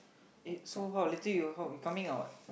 eh so how later you how you coming or what